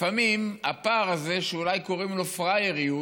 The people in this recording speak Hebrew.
לפעמים הפער הזה, שאולי קוראים לו פראייריות,